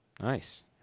Nice